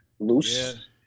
loose